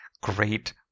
great